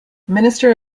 minister